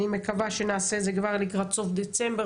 אני מקווה שנעשה את זה כבר לקראת סוף דצמבר,